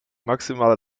maximale